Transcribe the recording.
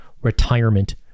retirement